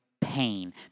pain